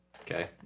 Okay